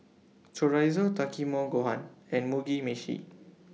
Chorizo Takikomi Gohan and Mugi Meshi